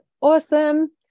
awesome